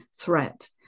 threat